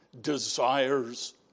desires